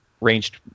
ranged